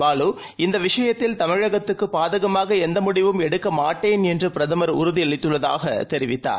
பாலு இந்தவிஷயத்தில்தமிழகத்துக்குப்பாதகமாகஎந்தமுடிவும்எடுக்கமாட்டேன்என்றுபிரதமர்உறு திஅளித்துள்ளதாகதெரிவித்தார்